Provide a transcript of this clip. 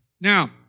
Now